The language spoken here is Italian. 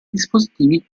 dispositivi